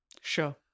Sure